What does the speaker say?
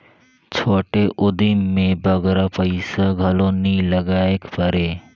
छोटे उदिम में बगरा पइसा घलो नी लगाएक परे